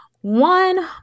One